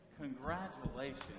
Congratulations